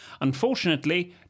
Unfortunately